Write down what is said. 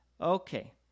Okay